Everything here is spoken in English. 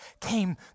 came